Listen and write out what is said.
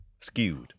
Skewed